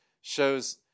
shows